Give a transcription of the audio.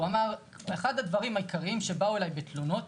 הוא אמר: אחד הדברים העיקריים שבאו אליי בתלונות